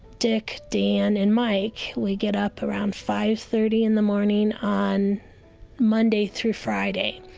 dink, dan, and mike. we get up around five thirty in the morning on monday through friday.